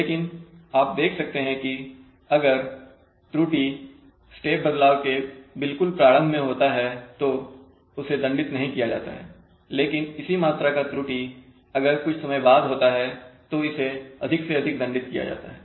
लेकिन आप देख सकते हैं कि अगर त्रुटि स्टेप बदलाव के बिल्कुल प्रारंभ में होता है तो उसे दंडित नहीं किया जाता है लेकिन इसी मात्रा का त्रुटि अगर कुछ समय बाद होता है तो इसे अधिक से अधिक दंडित किया जाता है